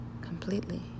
completely